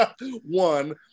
one